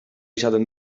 izaten